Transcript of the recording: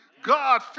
God